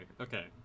okay